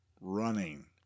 running